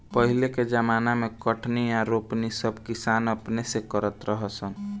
पहिले के ज़माना मे कटनी आ रोपनी सब किसान अपने से करत रहा सन